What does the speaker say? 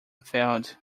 failed